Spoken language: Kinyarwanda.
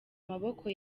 maboko